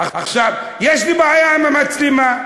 עכשיו, יש לי בעיה עם המצלמה.